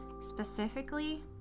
specifically